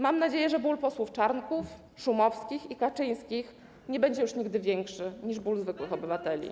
Mam nadzieję, że ból posłów Czarnków, Szumowskich i Kaczyńskich nie będzie już nigdy większy niż ból zwykłych obywateli.